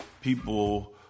people